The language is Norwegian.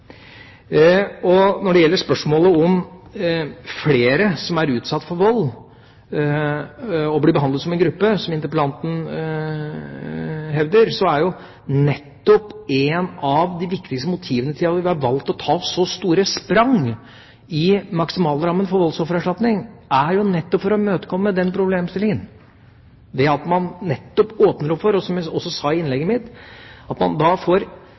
for når endringen gjelder fra. Når det gjelder spørsmålet om flere som er utsatt for vold, men blir behandlet som en gruppe, som interpellanten hevder, er nettopp et av de viktigste motivene for at vi har valgt å ta så store sprang i maksimalrammen for voldsoffererstatning, å imøtekomme den problemstillingen. Det at man nettopp åpner opp for, som jeg også sa i innlegget mitt, at man da får